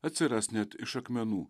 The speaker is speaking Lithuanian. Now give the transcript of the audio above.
atsiras net iš akmenų